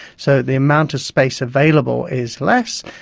so the amount of space available is less,